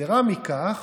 יתרה מזו,